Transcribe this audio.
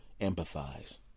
empathize